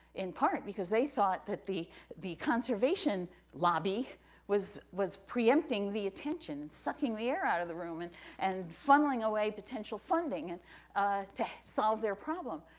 in part because they thought that the the conservation lobby was was preempting the attention, sucking the air out of the room and and funneling away potential funding and ah to solve their problem.